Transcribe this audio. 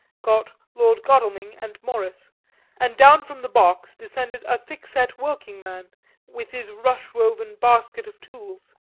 got lord godalming and morris and down from the box descended a thick-set working man with his rush-woven basket of tools.